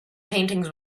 paintings